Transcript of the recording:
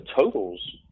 totals